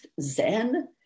Zen